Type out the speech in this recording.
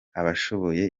abayoboke